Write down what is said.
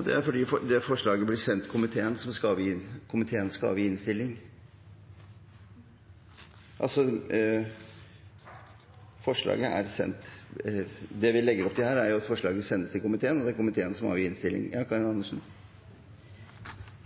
Det er fordi det forslaget ble sendt komiteen som skal avgi innstilling. Det vi legger opp til her, er at forslaget sendes komiteen, og det er komiteen som avgir innstilling.